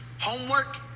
Homework